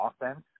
offense